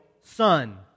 son